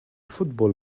football